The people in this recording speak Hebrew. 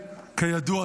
כידוע,